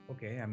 Okay